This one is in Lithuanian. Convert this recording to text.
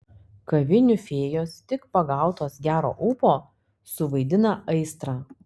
kavinių fėjos tik pagautos gero ūpo suvaidina aistrą